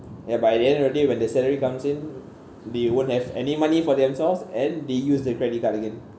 whereby at the end of the day when the salary comes in they won't have any money for themselves and they use the credit card again